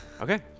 Okay